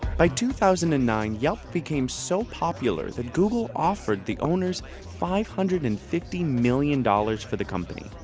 by two thousand and nine, yelp became so popular that google offered the owners five hundred and fifty million dollars for the company.